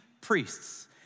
priests